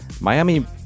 Miami